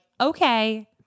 okay